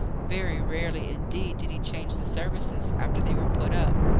very rarely indeed did he change the services after they were put up.